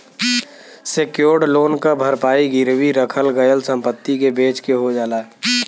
secured loan क भरपाई गिरवी रखल गयल संपत्ति के बेचके हो जाला